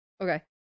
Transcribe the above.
okay